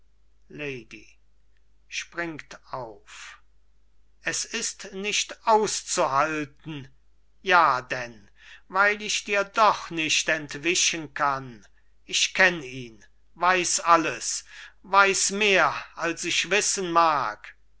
es ist nicht auszuhalten ja denn weil ich dir doch nicht entwischen kann ich kenn ihn weiß alles weiß mehr als ich wissen mag